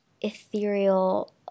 ethereal